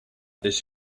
this